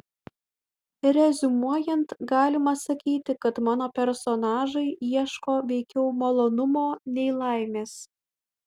reziumuojant galima sakyti kad mano personažai ieško veikiau malonumo nei laimės